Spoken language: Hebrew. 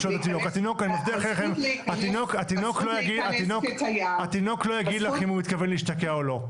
התינוק לא יגיד לך אם הוא מתכוון להשתקע או לא,